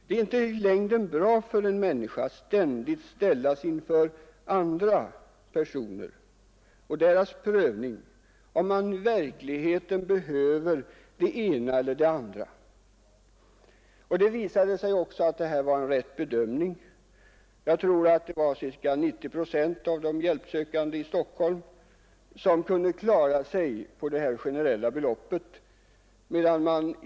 Det är inte bra i längden för en människa att ständigt ställas inför andra personers prövning av om vederbörande verkligen behöver det ena eller det andra. Det visade sig också att det var en riktig bedömning. Ca 90 procent av de hjälpsökande i Stockholm kunde klara sig på det generella beloppet.